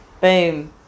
Boom